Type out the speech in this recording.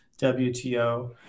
WTO